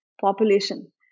population